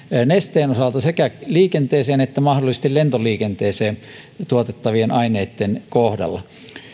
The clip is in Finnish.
nesteen osalta sekä liikenteeseen että mahdollisesti lentoliikenteeseen tuotettavien aineitten kohdalla